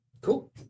Cool